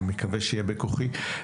אני מקווה שיהיה בכוחי.